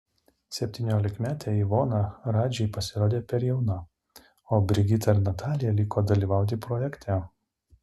septyniolikmetė ivona radžiui pasirodė per jauna o brigita ir natalija liko dalyvauti projekte